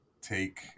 take